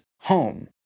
home